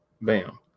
Bam